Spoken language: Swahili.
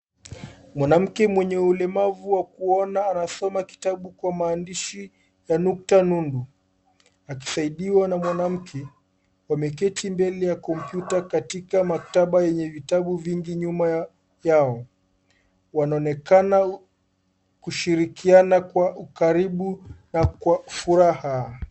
Mwanamke mwenye ulemavu wa kuona anasoma kitabu kwa maandishi ya nukta nundu akisaidiwa na mwanamke. Wameketi mbele ya kompyuta katika maktaba yenye vitabu vingi nyuma yao. Wanaonekana kushirikiana kwa ukaribu na kwa furaha.